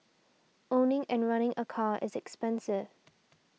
owning and running a car is expensive